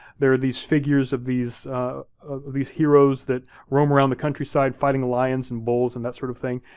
there are these figures of these these heroes that roam around the countryside fighting lions and bulls and that sort of thing.